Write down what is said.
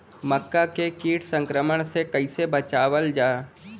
मक्का के कीट संक्रमण से कइसे बचावल जा?